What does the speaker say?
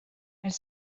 elle